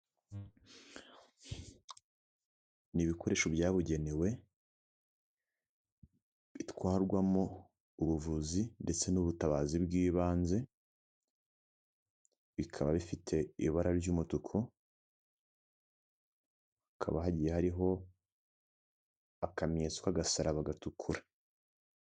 Ni ibikoresho byabugenewe bitwarwamo ubuvuzi ndetse n'ubutabazi bw'ibanze, bikaba bifite ibara ry'umutuku, hakaba hagiye hariho akamenyetso k'agasaraba gatukura.